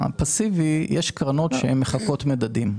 יש קרנות שמחקות מדדים.